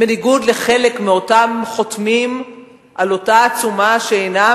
בניגוד לחלק מאותם חותמים על אותה עצומה שאינם